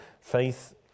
faith